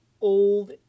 old